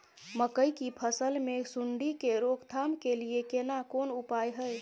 मकई की फसल मे सुंडी के रोक थाम के लिये केना कोन उपाय हय?